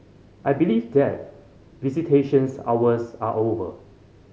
I believe that visitations hours are over